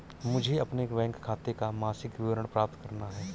मुझे अपने बैंक खाते का मासिक विवरण प्राप्त करना है?